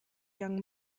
young